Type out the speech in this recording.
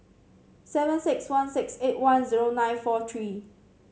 seven six one six eight one zero nine four three